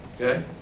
Okay